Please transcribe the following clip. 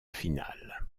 final